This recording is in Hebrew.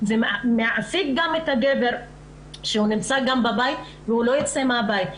זה מעסיק גם את הגבר שנמצא בבית ולא יוצא מן הבית,